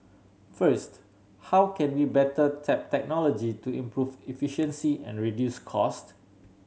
first how can we better tap technology to improve efficiency and reduce cost